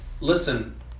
Listen